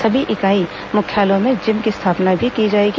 सभी इकाई मुख्यालयों में जिम की स्थापना भी की जाएगी